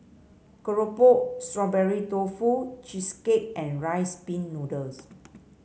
keropok Strawberry Tofu Cheesecake and Rice Pin Noodles